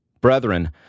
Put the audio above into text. Brethren